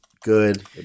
good